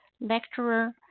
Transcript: lecturer